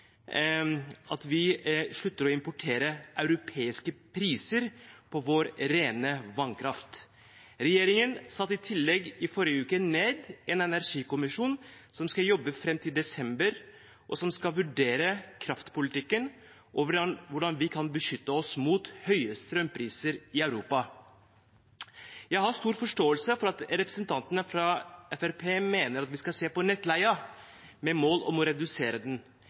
europeiske priser på vår rene vannkraft. Regjeringen satte i forrige uke i tillegg ned en energikommisjon som skal jobbe fram til desember, og som skal vurdere kraftpolitikken og hvordan vi kan beskytte oss mot høye strømpriser i Europa. Jeg har stor forståelse for at representantene fra Fremskrittspartiet mener at vi skal se på nettleien med mål om å redusere den.